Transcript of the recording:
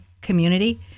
community